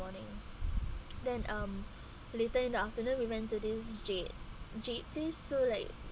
morning then um later in the afternoon we went to this jade jade place so like